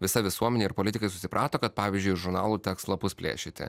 visa visuomenė ir politikai susiprato kad pavyzdžiui iš žurnalų teks lapus plėšyti